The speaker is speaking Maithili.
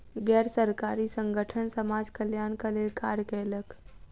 गैर सरकारी संगठन समाज कल्याणक लेल कार्य कयलक